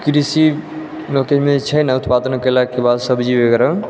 कृषि मे तऽ ओहिमे छै ने उत्पादन केला के बाद सब्जी वगैरह